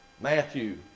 Matthew